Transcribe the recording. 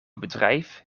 bedrijf